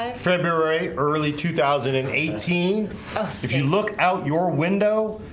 ah february early two thousand and eighteen if you look out your window